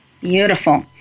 Beautiful